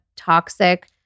toxic